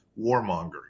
warmongering